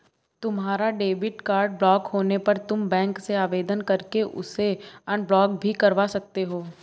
तुम्हारा debit card block होने पर तुम बैंक से आवेदन करके उसे अनब्लॉक भी करवा सकते हो